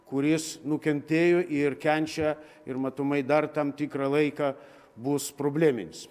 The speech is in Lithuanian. kuris nukentėjo ir kenčia ir matomai dar tam tikrą laiką bus probleminis